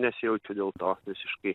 nesijaučiu dėl to visiškai